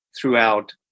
throughout